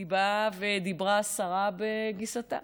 שהיא באה ודיברה סרה בגיסתה.